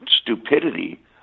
stupidity